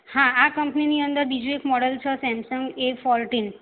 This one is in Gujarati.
હા આ કંપનીની અંદર બીજું એક મોડેલ છે સેમસંગ એ ફોરટીન